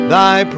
Thy